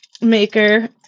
maker